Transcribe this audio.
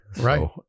Right